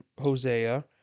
Hosea